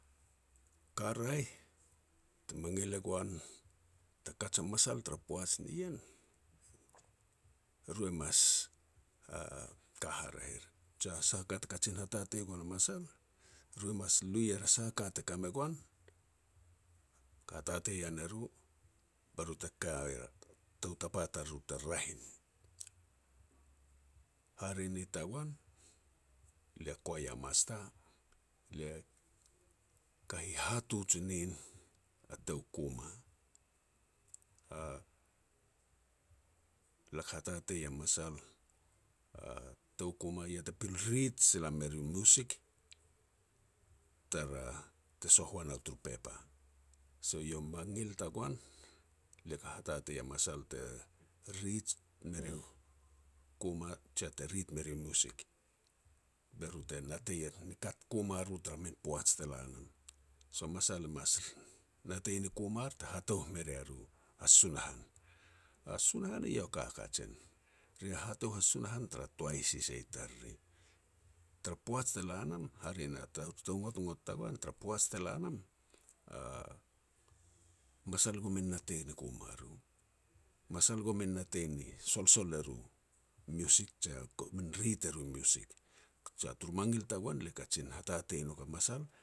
Ka raeh te mangil e goan ta kaj a masal tara poaj nien, e ru e mas ka haraeh er. Sia ka te kajin hatatei e goan a masal, ru e mas lu er a sah a ka te ka me goan, ka hatatei ian e ru, be ru te ka er, tou tapa tariru te raeh i no. Hare ni tagoan, lia Choir Master, lia ka hihatuj nin a tou kuma. Lak hatatei a masal a tou kuma ia te pil rit sila me ru music te soh ua nou turu pepa. So iau u mangil tagoan lia ka hatatei a masal te rit me riu kuma jia te rit me riu music, be ru te natei ni kat kuma ru tara min poaj te la nam. So masal e mas natei ni kumar te hatouh me ria ru a Sunahan. A Sunahan eiau a ka kajen, ri hatouh a Sunahan tara toai sisia i tariri. Tara poaj te la nam, hare na tara tou ngotnogt tagoan tar poaj te la nam, masal komin natei ni kuma ru, masal komin natei ni solsol e ru music, je kumin rit e ru music. So turu mangil tagoan lia kajen hatatei e nouk a masal